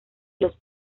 los